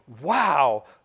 wow